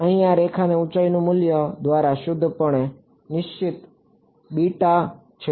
અહીં આ રેખાની ઊંચાઈનું મૂલ્ય અને દ્વારા શુદ્ધપણે નિશ્ચિત છે